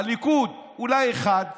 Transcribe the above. הליכוד, אולי אחד.